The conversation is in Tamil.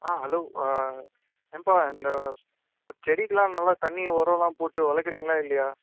ஆ ஹலோ ஏம்பா இந்த செடிக்கு எல்லாம் நல்லா தண்ணி உரோலாம் போட்டு வளர்க்குறீங்களா இல்லையா